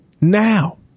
now